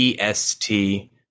EST